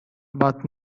but